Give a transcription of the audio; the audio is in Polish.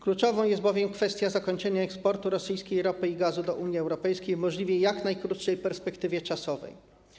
Kluczowa jest bowiem kwestia zakończenia eksportu rosyjskiej ropy i gazu do Unii Europejskiej w możliwie jak najkrótszym czasie.